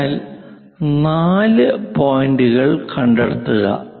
അതിനാൽ നാല് പോയിന്റുകൾ കണ്ടെത്തുക